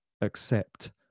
accept